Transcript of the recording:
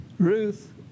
Ruth